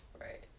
Right